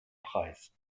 preis